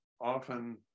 often